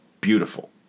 beautiful